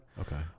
Okay